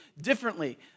differently